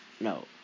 No